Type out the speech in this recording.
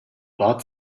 bought